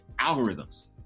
algorithms